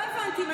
לא הבנתי,